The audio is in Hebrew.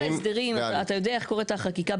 חוק ההסדרים, אתה יודע איך קורת החקיקה?